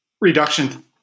reduction